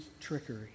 trickery